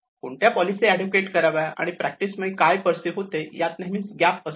कोणत्या policy advocate कराव्यात आणि प्रॅक्टिस मुळे काय परसीव्ह होते यात नेहमीच गॅप असतो